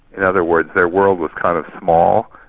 in other words, their world was kind of small,